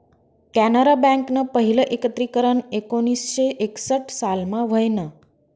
कॅनरा बँकनं पहिलं एकत्रीकरन एकोणीसशे एकसठ सालमा व्हयनं